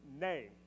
Name